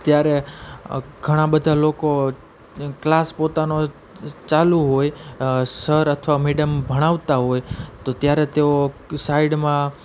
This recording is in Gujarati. ત્યારે ઘણા બધા લોકો ક્લાસ પોતાનો ચાલુ હોય સર અથવા મેડમ ભણાવતા હોય તો ત્યારે તેઓ સાઇડમાં